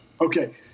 Okay